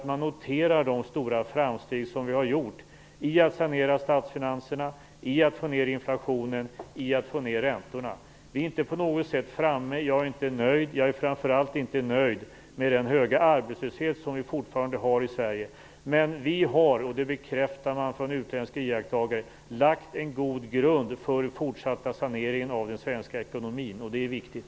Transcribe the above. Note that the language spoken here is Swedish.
Man noterar de stora framsteg som vi har gjort när det gäller att sanera statsfinanserna och att få ned inflationen och räntorna. Vi är inte på något sätt framme. Jag är inte nöjd, framför allt inte med den höga arbetslöshet som vi fortfarande har i Sverige, men vi har - det bekräftar utländska iakttagare - lagt en god grund för den fortsatta saneringen av den svenska ekonomin, och det är viktigt.